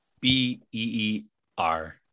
B-E-E-R